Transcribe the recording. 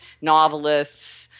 novelists